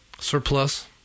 surplus